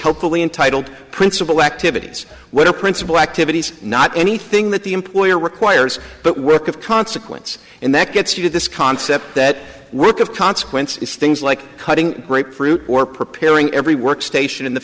hopefully entitled principal activities where the principal activity not anything that the employer requires but work of consequence and that gets you to this concept that work of consequence is things like cutting grapefruit or preparing every workstation in the